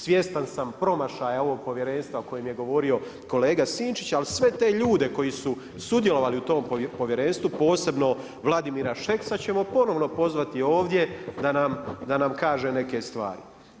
Svjestan sam promašaja ovog povjerenstva o kojem je govorio kolega Sinčić, ali sve te ljude koji su sudjelovali u tom povjerenstvu, posebno Vladimira Šeksa ćemo ponovno pozvati ovdje da nam kaže neke stvari.